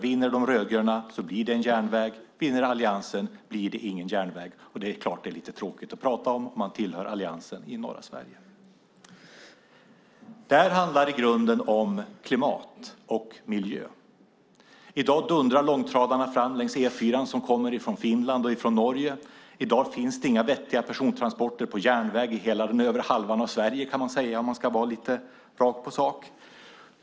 Vinner De rödgröna blir det en järnväg; vinner Alliansen blir det ingen järnväg, och det är klart att det är lite tråkigt att prata om det om man tillhör Alliansen i norra Sverige. Det här handlar i grunden om klimat och miljö. I dag dundrar långtradarna från Finland och Norge fram längs E4:an. I dag finns det inga vettiga persontransporter på järnväg i hela den övre halvan av Sverige, kan man säga om man ska vara lite rakt på sak.